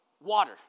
water